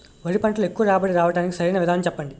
వరి పంటలో ఎక్కువ రాబడి రావటానికి సరైన విధానం చెప్పండి?